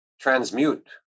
transmute